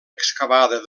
excavada